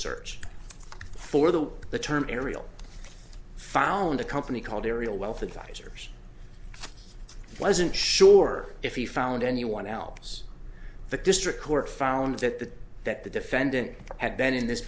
search for the the term aerial found a company called aerial wealth advisors wasn't sure if he found anyone else the district court found that the that the defendant had been in this